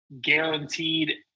guaranteed